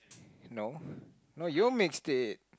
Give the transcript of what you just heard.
no no you mixed it